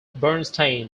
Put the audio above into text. bernstein